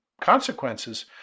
consequences